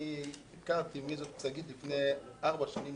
אני הכרתי מי זאת שגית לפני ארבע שנים,